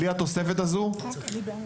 בלי התוספת הזו, אנחנו ממנים,